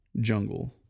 jungle